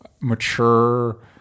mature